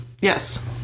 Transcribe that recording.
yes